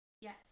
Yes